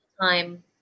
time